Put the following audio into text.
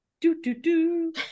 Do-do-do